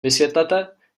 vysvětlete